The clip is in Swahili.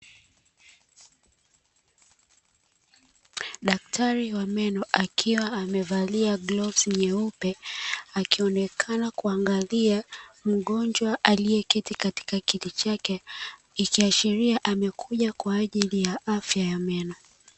Daktari wa meno akiwa amevalia glavu nyeupe akionekana kuangalia mgonjwa aliyeketi katika kiti chake, ikiashiria amekuja kwa ajili ya afya ya meno.